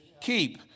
keep